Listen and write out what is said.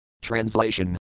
Translation